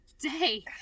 day